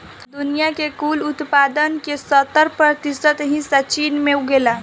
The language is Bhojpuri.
दुनिया के कुल उत्पादन के सत्तर प्रतिशत हिस्सा चीन में उगेला